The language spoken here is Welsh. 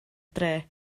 dre